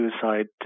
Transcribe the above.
suicide